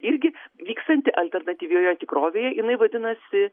irgi vyksianti alternatyvioje tikrovėje jinai vadinasi